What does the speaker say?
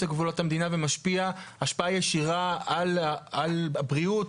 לגבולות המדינה ומשפיע השפעה ישירה על הבריאות,